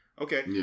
Okay